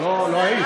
אבל לא היית.